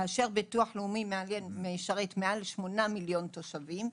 כאשר הביטוח הלאומי משרת מעל 8 מיליון תושבים,